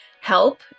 help